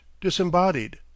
disembodied